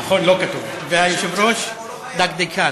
נכון, לא כתוב, והיושב-ראש דקדקן.